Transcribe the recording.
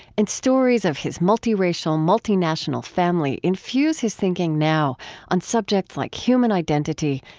and stories of his multiracial, multinational family infuse his thinking now on subjects like human identity,